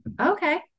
Okay